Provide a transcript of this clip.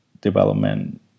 development